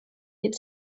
could